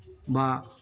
বা